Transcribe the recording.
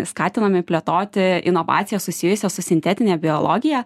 skatinami plėtoti inovacijas susijusias su sintetine biologija